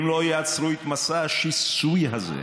אם לא יעצרו את מסע השיסוי הזה,